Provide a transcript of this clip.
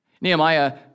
Nehemiah